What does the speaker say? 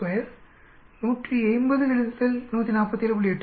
82 180 147